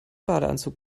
badeanzug